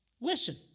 Listen